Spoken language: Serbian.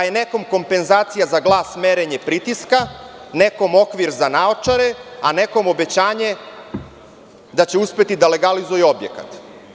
Nekom je kompenzacija za glas merenje pritiska, nekom okvir za naočare, a nekome obećanje da će uspeti da legalizuje objekat.